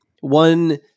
one